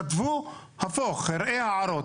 כתבו, ראה הערות.